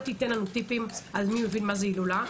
אל תיתן לנו טיפים על מי מבין מה זה הילולה.